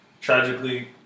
tragically